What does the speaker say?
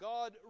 God